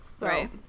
Right